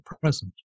present